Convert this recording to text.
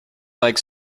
like